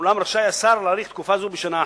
אולם השר רשאי להאריך תקופה זו בשנה אחת.